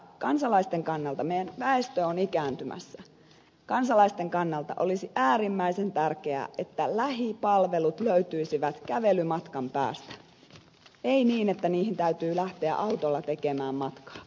kansalaisten kannalta koska meidän väestömme on ikääntymässä olisi äärimmäisen tärkeää että lähipalvelut löytyisivät kävelymatkan päästä ei niin että niihin täytyy lähteä autolla tekemään matkaa